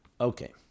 Okay